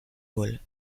ball